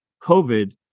COVID